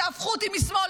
תהפכו אותי לשמאל,